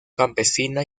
campesina